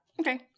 Okay